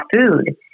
food